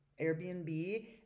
Airbnb